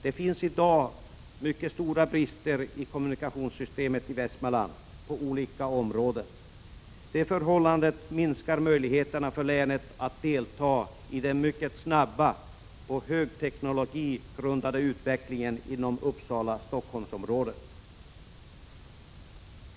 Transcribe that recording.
Det finns i dag mycket stora brister i kommunikationssystemet i Västmanland på olika områden. Det förhållandet minskar möjligheterna för länet att delta i den mycket snabba, på högteknologi grundade utvecklingen inom Uppsala-Stockholm-området.